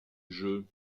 jeu